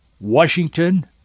Washington